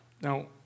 Now